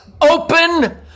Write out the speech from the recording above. Open